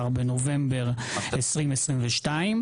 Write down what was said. ב-15.11.2022,